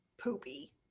poopy